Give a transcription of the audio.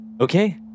Okay